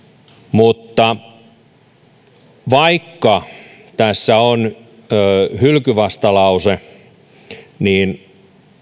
vaikka tässä on hylkyvastalause niin